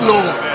Lord